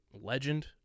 legend